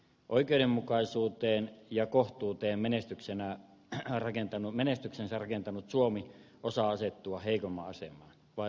oikeudenmukaisuuteen ja kohtuuteen menestykseen rakentelumenestyksensä rakentanut suomi osaa asettua heikomman se voi